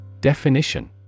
Definition